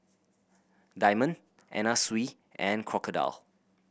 Diamond Anna Sui and Crocodile